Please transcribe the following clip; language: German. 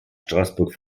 straßburg